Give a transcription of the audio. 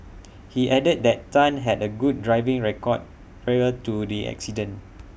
he added that Tan had A good driving record prior to the accident